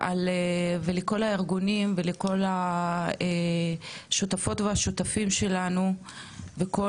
ולכל הארגונים ולכל השותפות והשותפים שלנו בכל